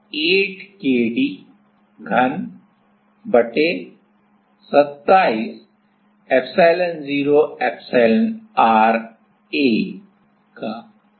तो Vp 8 K d घन के वर्गमूल के बराबर है जिसे 27 epsilon0 epsilon r A से विभाजित किया गया है